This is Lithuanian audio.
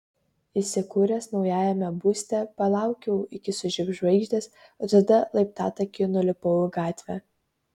įsikūręs naujajame būste palaukiau iki sužibs žvaigždės o tada laiptatakiu nulipau į gatvę